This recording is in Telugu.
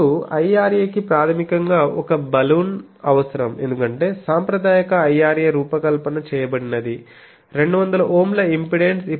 ఇప్పుడు IRA కి ప్రాథమికంగా ఒక బలూన్ అవసరం ఎందుకంటే సాంప్రదాయిక IRA రూపకల్పన చేయబడినది 200Ω ల ఇంపిడెన్స్